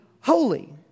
holy